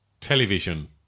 Television